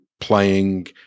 playing